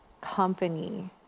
company